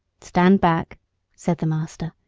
stand back said the master,